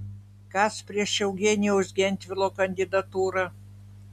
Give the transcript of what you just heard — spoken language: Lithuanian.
kas prieš eugenijaus gentvilo kandidatūrą